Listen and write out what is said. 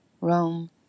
Rome